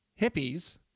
hippies